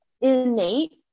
innate